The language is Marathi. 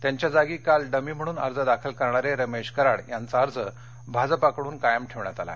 त्यांच्या जागी काल डमी म्हणून अर्ज दाखल करणारे रमेश कराड यांचा अर्ज भाजपकडून कायम ठेवण्यात आला